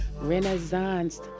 Renaissance